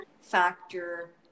factor